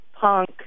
punk